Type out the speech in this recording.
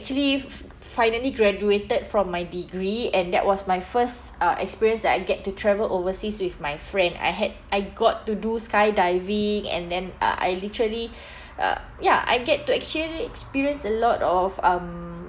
actually f~ f~ finally graduated from my degree and that was my first uh experience that I get to travel overseas with my friend I had I got to do skydiving and then uh I literally uh ya I get to actually experienced a lot of um